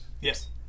yes